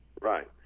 Right